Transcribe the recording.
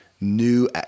new